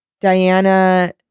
diana